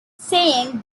saying